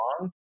long